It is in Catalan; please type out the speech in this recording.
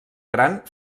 gran